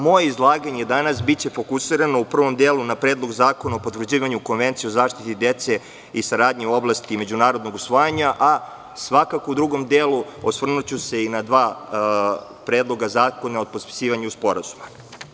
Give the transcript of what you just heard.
Moje izlaganje danas biće fokusirano u prvom delu na Predlog zakona o potvrđivanju Konvencije o zaštiti dece i saradnji u oblasti međunarodnog usvajanja, a u drugom delu ću se osvrnuti i na dva predloga zakona o potpisivanju sporazuma.